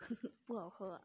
不好喝啊